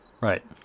Right